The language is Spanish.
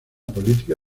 política